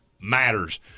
matters